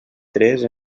tres